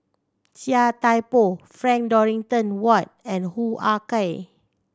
Chia Thye Poh Frank Dorrington Ward and Hoo Ah Kay